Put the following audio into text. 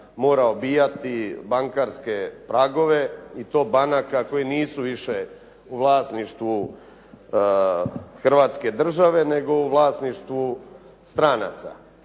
mora obijati bankarske pragove i to banaka koje nisu više u vlasništvu Hrvatske države, nego u vlasništvu stranaca.